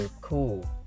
cool